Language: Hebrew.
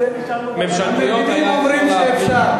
המבינים אומרים שאפשר,